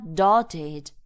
dotted